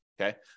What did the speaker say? okay